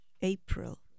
April